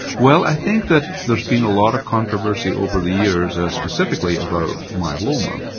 well, i think that there's been a lot of controversy over the years as specifically about myeloma,